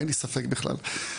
אין לי ספק בכלל.